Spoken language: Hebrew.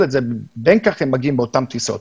בין כך הם מגיעים באותן טיסות,